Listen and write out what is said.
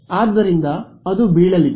ಆದ್ದರಿಂದ ಅದು ಬೀಳಲಿದೆ